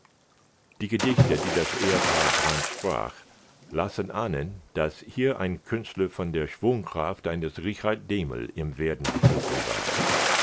die gedichte die das ehepaar brandt sprach lassen ahnen daß hier ein künstler von der schwungkraft eines richard dehmel im werden begriffen war